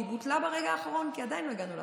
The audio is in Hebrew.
והיא בוטלה ברגע האחרון כי עדיין לא הגענו להסכמות.